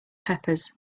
peppers